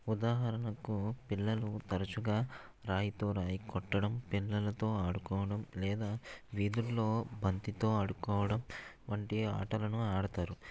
ఉదాహరణకు పిల్లలు తరచుగా రాయితో రాయి కొట్టడం పిల్లలతో ఆడుకోవడం లేదా వీధుల్లో బంతితో ఆడుకోవడం వంటి ఆటలను ఆడుతారు